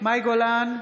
מאי גולן,